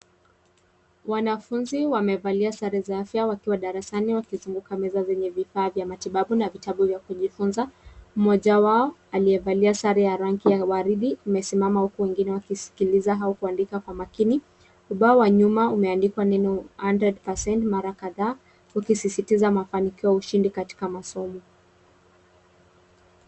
Wanafunzi wamevalia sare za afya wakiwa darasani wakizunguka meza vyenye vifaa vya kimatibabu na vitabu vya kujifunza. Mmoja wao aliyevamia sare ya rangi ya waridi, amesimama wengine wakisikiliza au kuandika kwa makini. Ubao wa nyuma umeandikwa neno one hundred percent mara kadhaa, ukisisitiza mafanikio wa ushindi katika masomo.